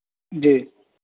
जी